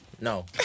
no